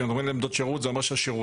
כשמדברים על עמדות שירות זה אומר שהשירותים